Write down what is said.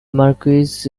marquis